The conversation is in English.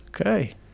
Okay